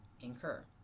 incur